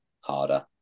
harder